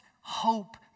hope